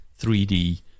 3D